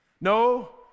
no